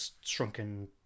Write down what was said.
shrunken